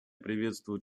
приветствует